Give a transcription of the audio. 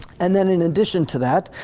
and then in addition to that,